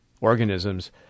organisms